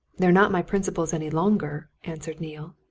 they're not my principals any longer, answered neale.